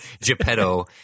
Geppetto